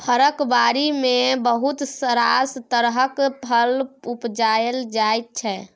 फरक बारी मे बहुत रास तरहक फर उपजाएल जाइ छै